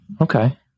Okay